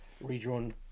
redrawn